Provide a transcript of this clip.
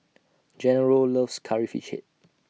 Gennaro loves Curry Fish Head